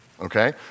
Okay